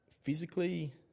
physically